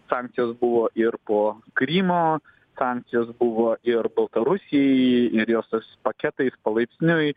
sankcijos buvo ir po krymo sankcijos buvo ir baltarusijai ir jos tais paketais palaipsniui